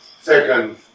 Second